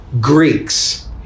Greeks